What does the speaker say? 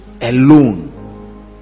alone